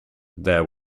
there